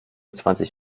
zwanzig